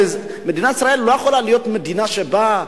מדינת ישראל לא יכולה להיות מדינה שבה,